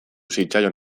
zitzaion